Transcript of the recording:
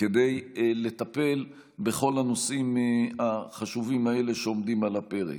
כדי לטפל בכל הנושאים החשובים האלה שעומדים על הפרק.